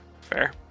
fair